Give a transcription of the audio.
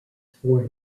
for